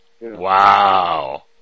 Wow